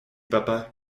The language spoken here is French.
papa